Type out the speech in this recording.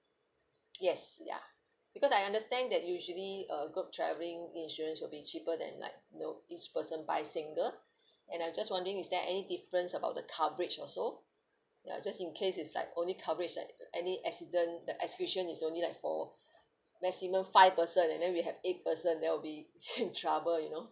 yes ya because I understand that usually uh group travelling insurance will be cheaper than like you know each person buy single and I'm just wondering is there any difference about the coverage also ya just in case it's like only coverage and any accident that excursion is only like for maximum five person and then we have eight person then we'll be in trouble you know